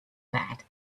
that